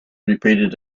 repeated